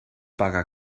paga